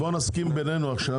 אז בוא נסכים בינינו עכשיו,